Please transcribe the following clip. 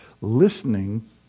listening